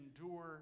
endure